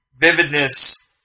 vividness